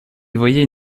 voyaient